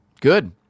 Good